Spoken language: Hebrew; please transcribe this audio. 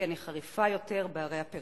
שכן היא חריפה יותר בערי הפריפריה.